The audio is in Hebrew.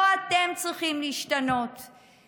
לא אתם צריכים להשתנות,